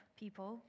people